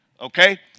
Okay